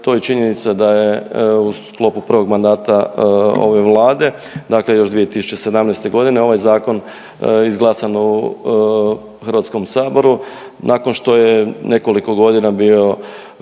to i činjenica da je u sklopu prvog mandata ove Vlade, dakle još 2017. godine ovaj zakon izglasan u Hrvatskom saboru nakon što je nekoliko godina bio